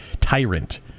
tyrant